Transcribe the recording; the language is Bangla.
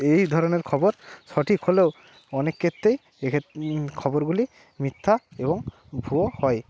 এই ধরনের খবর সঠিক হলেও অনেক ক্ষেত্রেই এক্ষেত খবরগুলি মিথ্যা এবং ভুয়ো হয়